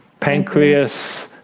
pancreas,